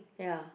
ya